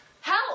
Help